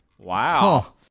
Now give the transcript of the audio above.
Wow